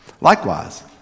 Likewise